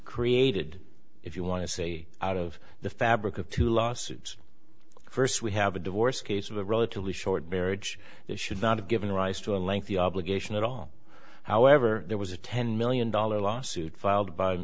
created if you want to say out of the fabric of two lawsuits first we have a divorce case of a relatively short marriage this should not have given rise to a lengthy obligation at all however there was a ten million dollar lawsuit filed by